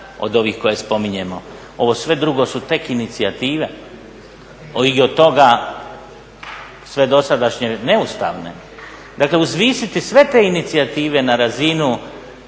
od ovih koje spominjemo, ovo sve drugo su tek inicijative. …/Govornik se ne razumije./… sve dosadašnje neustavne, dakle uzvisiti sve te inicijative na razinu